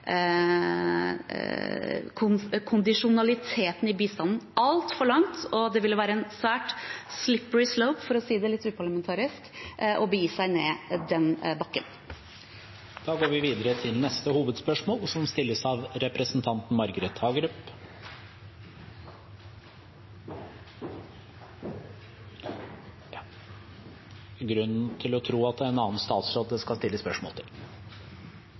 kondisjonaliteten i bistanden altfor langt, og det vil være en svært «slippery slope», for å si det litt uparlamentarisk, å begi seg ned den bakken. Vi går videre til neste hovedspørsmål. Det er flere viktige spørsmål som